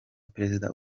perezida